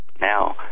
Now